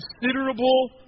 considerable